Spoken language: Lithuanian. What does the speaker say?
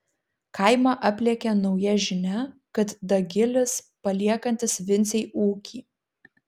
kaimą aplėkė nauja žinia kad dagilis paliekantis vincei ūkį